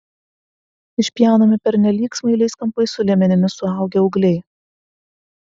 išpjaunami pernelyg smailiais kampais su liemenimis suaugę ūgliai